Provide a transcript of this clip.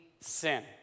sin